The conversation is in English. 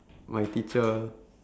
my teacher